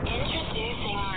Introducing